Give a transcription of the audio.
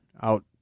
out